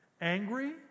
angry